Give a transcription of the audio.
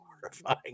horrifying